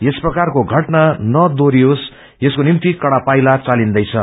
यस प्रकारको षटना नदोहरियोस् यसको निम्ति कडा पाइला चालिन्दैछ